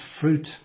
fruit